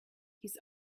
his